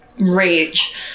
rage